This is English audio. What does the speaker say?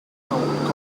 old